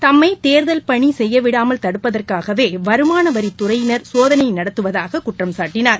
தம்மை தேர்தல் பணி செய்ய விடாமல் தடுப்பதற்காகவே வருமானவரித் துறையினர் சோதனை நடத்துவதாகக் குற்றம் சாட்டினார்